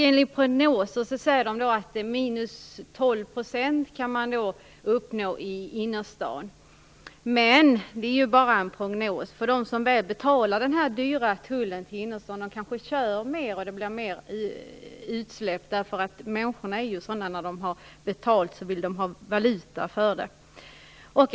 Enligt prognoser kan man uppnå minus 12 %, alltså 12 % minskning av trafiken, i innerstaden. Men det är bara en prognos. De som ändå betalar dyra biltullar kör mer, och det blir mer utsläpp. Människorna är sådana att när de väl betalat vill de få valuta för pengarna.